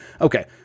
okay